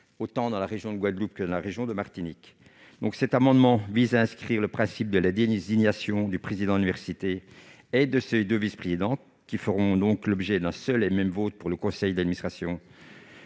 autant dans la région de Guadeloupe que dans celle de Martinique. Cet amendement vise donc à inscrire le principe selon lequel la désignation du président de l'université et de ses deux vice-présidents fera l'objet d'un seul et même vote par le conseil d'administration